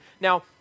Now